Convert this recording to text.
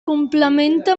complementa